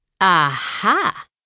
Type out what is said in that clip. Aha